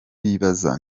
bibaza